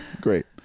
great